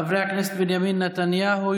חברי הכנסת בנימין נתניהו,